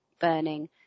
burning